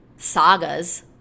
sagas